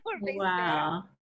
Wow